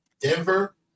Denver